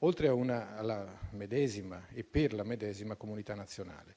oltre che per la comunità nazionale.